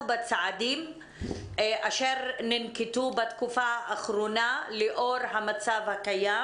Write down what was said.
בצעדים אשר ננקטו בתקופה האחרונה לאור המצב הקיים.